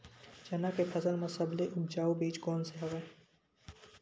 चना के फसल म सबले उपजाऊ बीज कोन स हवय?